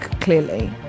clearly